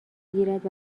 گیرد